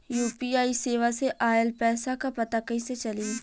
UPI सेवा से ऑयल पैसा क पता कइसे चली?